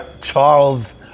Charles